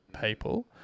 people